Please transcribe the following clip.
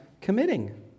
committing